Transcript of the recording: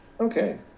Okay